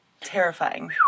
terrifying